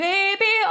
Baby